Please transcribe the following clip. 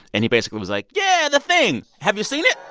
and he basically was like, yeah, the thing have you seen it?